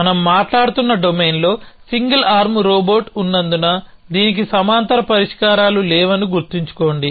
మనం మాట్లాడుతున్న డొమైన్లో సింగిల్ ఆర్మ్ రోబోట్ ఉన్నందున దీనికి సమాంతర పరిష్కారాలు లేవని గుర్తుంచుకోండి